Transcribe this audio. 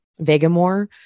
Vegamore